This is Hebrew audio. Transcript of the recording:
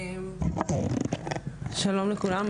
שלום לכולם,